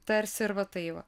tarsi ir va tai va